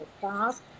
fast